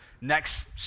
next